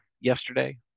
yesterday